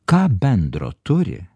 ką bendro turi